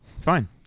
fine